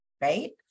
right